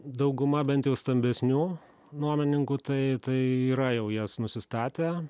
dauguma bent jau stambesnių nuomininkų tai tai yra jau jas nusistatę